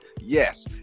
yes